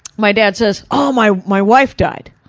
my dad says, oh my my wife died.